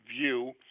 view